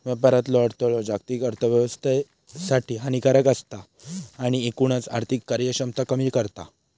व्यापारातलो अडथळो जागतिक अर्थोव्यवस्थेसाठी हानिकारक असता आणि एकूणच आर्थिक कार्यक्षमता कमी करता